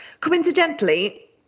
coincidentally